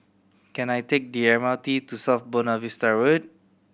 can I take the M R T to South Buona Vista Road